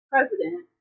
president